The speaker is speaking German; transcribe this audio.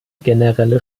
generelle